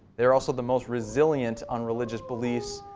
they're also the most resilient on religious beliefs.